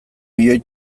milioi